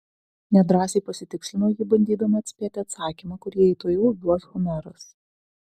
nedrąsiai pasitikslino ji bandydama atspėti atsakymą kurį jai tuojau duos homeras